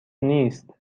نیست